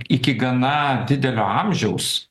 iki gana didelio amžiaus